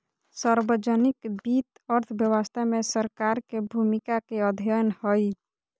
सार्वजनिक वित्त अर्थव्यवस्था में सरकार के भूमिका के अध्ययन हइ